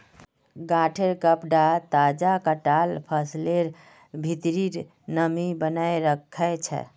गांठेंर कपडा तजा कटाल फसलेर भित्रीर नमीक बनयें रखे छै